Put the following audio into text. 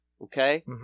Okay